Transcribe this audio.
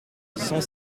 cent